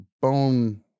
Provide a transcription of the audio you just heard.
Bone